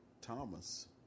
Thomas